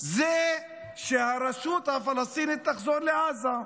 זה שהרשות הפלסטינית תחזור לעזה.